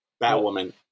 Batwoman